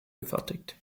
gefertigt